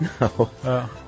No